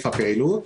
הפעילות.